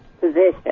position